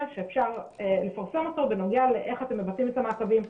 שאפשר לפרסם אותו בנוגע לאיך אתם מבצעים את המעקבים,